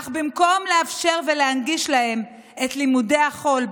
אך במקום לאפשר ולהנגיש להם את לימודי החול,